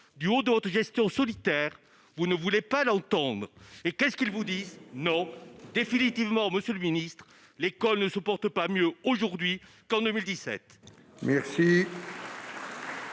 du haut, d'autres questions solitaire vous ne voulait pas la tombe et qu'est-ce qu'il vous disent non, définitivement, monsieur le ministre, l'école ne se porte pas mieux aujourd'hui qu'en 2017. Merci.